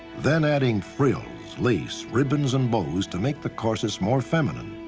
then adding frills, lace, ribbons, and bows to make the corsets more feminine.